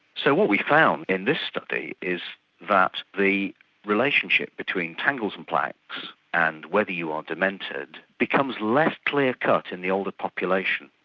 so what we found in this study is that the relationship between tangles and plaques and whether you are demented becomes less clear-cut in the older population.